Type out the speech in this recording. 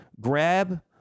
grab